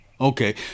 Okay